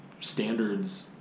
standards